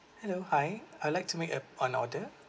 hello hi I'd like to make a an order